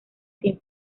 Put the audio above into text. sin